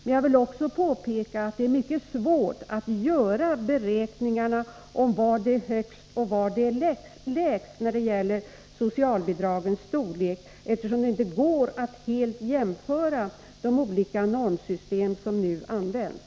Men jag vill också påpeka att det är svårt att göra beräkningarna i fråga om var socialbidragen är högst och var de är lägst, eftersom det inte går att helt jämföra de olika normsystem som nu används.